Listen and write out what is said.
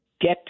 Get